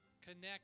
connect